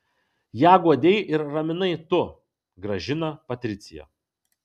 ją guodei ir raminai tu gražina patricija